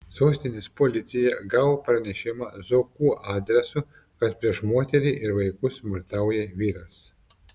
sostinės policija gavo pranešimą zuokų adresu kad prieš moterį ir vaikus smurtauja vyras